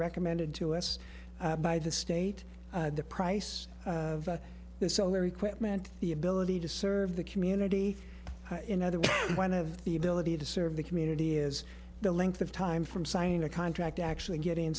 recommended to us by the state the price of the solar equipment the ability to serve the community in other words one of the ability to serve the community is the length of time from signing a contract actually getting